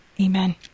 Amen